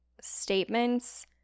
statements